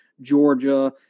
Georgia